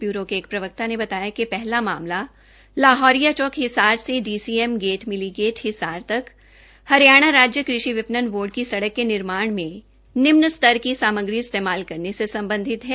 bureau के एक प्रवक्ता ने बताया कि पहला मामला लाहौरिया चौक हिसार से डीसीएम गेट मिलीगेट हिसार तक हरियाणा राज्य क़षि विपणन बोर्ड की सड़क के निर्माण में निम्न स्तर की सामग्री इस्तेमाल करने से संबंधित है